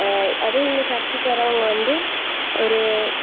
அதே இங்கே சர்ச்சுக்கு வரவங்க வந்து ஒரு